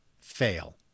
fail